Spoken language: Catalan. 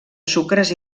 sucres